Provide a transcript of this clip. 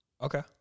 Okay